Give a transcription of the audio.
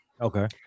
Okay